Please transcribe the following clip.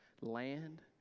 land